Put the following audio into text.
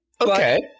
Okay